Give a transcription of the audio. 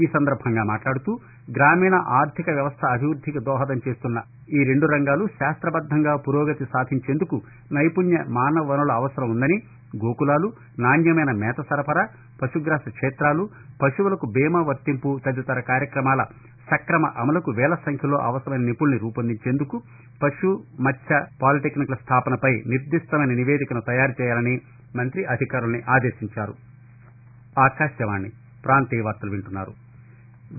ఈ సందర్బంగా ఆయన మాట్లాడుతూ గ్రామీణ అర్దిక వ్యవస్థ అభివృద్దికి దోహదం చేస్తున్న ఈ రెండు రంగాలు శాస్త్రబద్దంగా పురోగతి సాధించేందుకు నైపుణ్య మానవ వనరుల అవసరం ఉందని గోకులాలు నాణ్యమైన మేత సరఫరా పశుగ్రాస క్షేతాలు పశువులకు బీమా వర్తింపు తదితర కార్యక్రమాల సక్రమ అమలుకు వేల సంఖ్యలో అవసరమైన నిపుణులను రూపొందించేందుకు పశు మత్స్న పాలిటెక్నిక్ల స్టాపనపై నిర్దిష్టమైన నివేదికను తయారుచేయాలని మంతి అధికారులను ఆదేశించారు